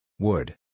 Wood